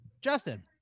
Justin